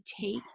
take